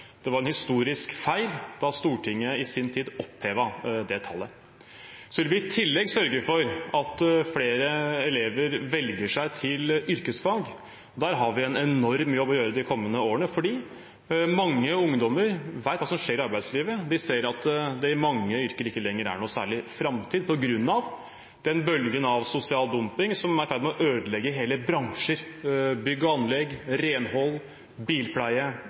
Det var en historisk feil da Stortinget i sin tid opphevet det tallet. I tillegg vil vi sørge for at flere elever velger seg til yrkesfag. Der har vi en enorm jobb å gjøre de kommende årene, fordi mange ungdommer vet hva som skjer i arbeidslivet. De ser at det i mange yrker ikke lenger er noen særlig framtid på grunn av den bølgen av sosial dumping som er i ferd med å ødelegge hele bransjer – bygg og anlegg, renhold, bilpleie,